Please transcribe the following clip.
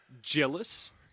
jealous